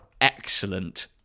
excellent